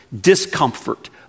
discomfort